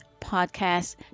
podcast